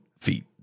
feet